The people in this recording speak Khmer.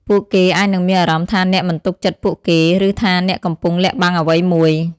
ពួកគេអាចនឹងមានអារម្មណ៍ថាអ្នកមិនទុកចិត្តពួកគេ ឬថាអ្នកកំពុងលាក់បាំងអ្វីមួយ។